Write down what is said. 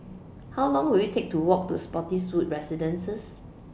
How Long Will IT Take to Walk to Spottiswoode Residences